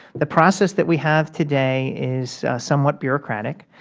the process that we have today is somewhat bureaucratic.